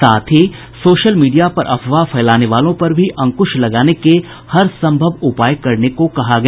साथ ही social media पर अफवाह फैलाने वालों पर भी अंकुश लगाने के हर संभव उपाय करने को कहा गया